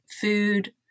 food